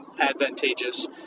advantageous